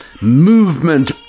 movement